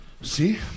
See